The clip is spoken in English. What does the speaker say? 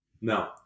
No